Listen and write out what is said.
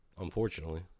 Unfortunately